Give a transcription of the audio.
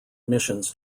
missions